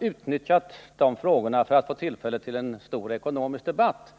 utnyttjat frågorna för att få till stånd en stor ekonomisk debatt.